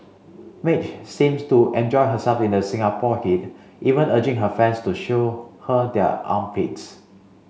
Madge seems to enjoy herself in the Singapore heat even urging her fans to show her their armpits